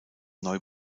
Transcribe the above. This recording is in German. neu